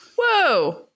Whoa